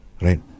right